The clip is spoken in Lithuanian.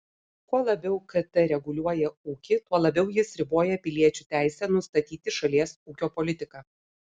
kuo labiau kt reguliuoja ūkį tuo labiau jis riboja piliečių teisę nustatyti šalies ūkio politiką